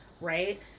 right